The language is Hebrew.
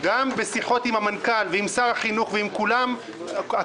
גם בשיחות עם המנכ"ל ועם שר החינוך ועם כולם הכול